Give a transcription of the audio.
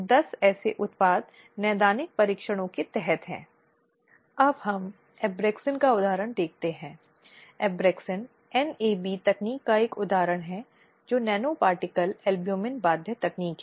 इसलिए एक बार जब कोई शिकायत आती है तो उन्हें निर्दिष्ट करना चाहिए उन्हें उस प्रक्रिया के अनुसार जाना चाहिए या आगे बढ़ना चाहिए जो शिकायत के साथ आगे बढ़ने के उद्देश्य से रखी गई हो